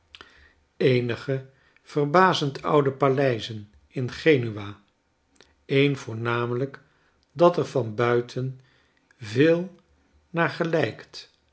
eenige verbazend oude paleizen in genua een voornamelijk dat er van buiten veel naar